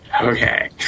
Okay